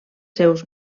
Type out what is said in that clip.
seus